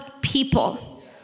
people